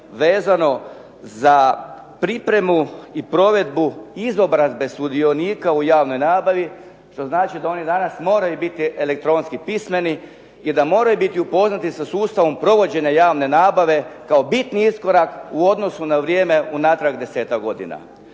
vezano za pripremu i provedbu izobrazbe sudionika u javnoj nabavi što znači da oni danas moraju biti elektronski pismeni i da moraju biti upoznati sa sustavom provođenja javne nabave kao bitni iskorak u odnosu na vrijeme unatrag desetak godina.